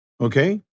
okay